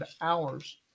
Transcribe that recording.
hours